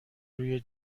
روی